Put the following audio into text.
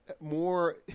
more